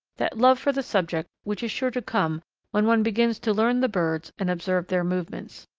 that love for the subject which is sure to come when one begins to learn the birds and observe their movements.